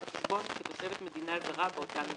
החשבון כתושבת מדינה זרה באותה מדינה,